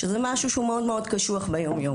זה משהו שהוא מאוד מאוד קשוח ביום-יום.